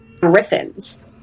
Griffins